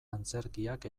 antzerkiak